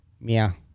mia